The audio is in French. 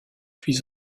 puis